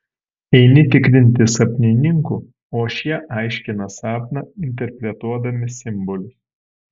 eini tikrinti sapnininkų o šie aiškina sapną interpretuodami simbolius